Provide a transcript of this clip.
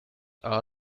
are